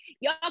Y'all